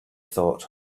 thought